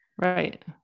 right